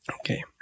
Okay